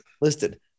listed